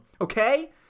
okay